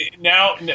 now